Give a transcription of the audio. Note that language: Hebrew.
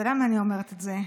ולמה אני אומרת את זה?